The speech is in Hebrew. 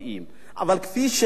אבל כפי שקיים,